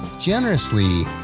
generously